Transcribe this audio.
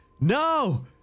no